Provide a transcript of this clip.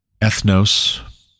ethnos